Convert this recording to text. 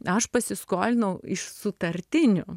aš pasiskolinau iš sutartinių